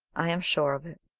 i am sure of it,